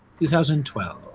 2012